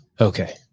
Okay